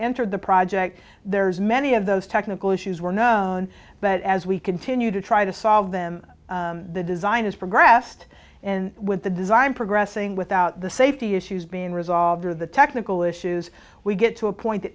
entered the project there's many of those technical issues were known but as we continue to try to solve them the design has progressed and with the design progressing without the safety issues being resolved or the technical issues we get to a point that